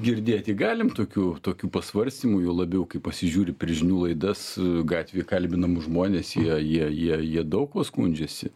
girdėti galim tokių tokių pasvarstymų juo labiau kai pasižiūri per žinių laidas gatvėj kalbinamus žmones jie jie jie jie daug kuo skundžiasi